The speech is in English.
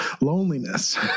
Loneliness